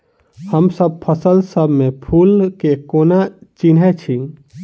हमसब फसल सब मे फूल केँ कोना चिन्है छी?